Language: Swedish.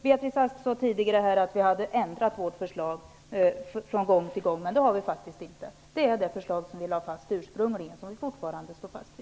Beatrice Ask sade tidigare att vi hade ändrat vårt förslag från gång till gång, men det har vi inte gjort. Vi står fortfarande fast vid det förslag som vi ursprungligen lade fram.